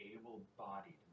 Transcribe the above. able-bodied